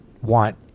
want